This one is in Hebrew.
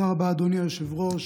תודה רבה, אדוני היושב-ראש.